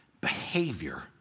behavior